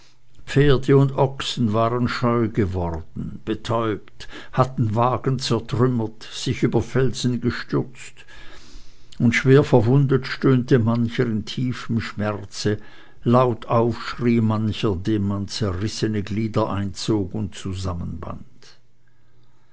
pferde und ochsen waren scheu geworden betäubt hatten wagen zertrümmert sich über felsen gestürzt und schwer verwundet stöhnte mancher in tiefem schmerze laut auf schrie mancher dem man zerrissene glieder einzog und zusammenband